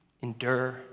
endure